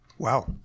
Wow